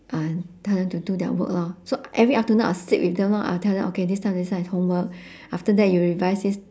uh tell them to do their work lor so every afternoon I will sit with them lor I will tell them okay this time this time is homework after that you revise this